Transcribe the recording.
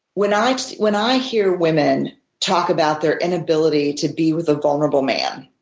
when i when i hear women talk about their inability to be with a vulnerable man,